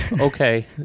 okay